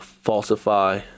Falsify